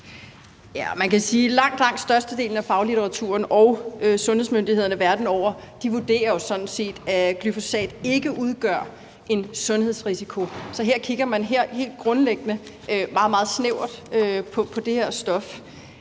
Man kan sige, at langt, langt størstedelen af faglitteraturen og sundhedsmyndighederne verden over sådan set vurderer, at glyfosat ikke udgør en sundhedsrisiko, så her kigger man helt grundlæggende meget, meget snævert på det her stof.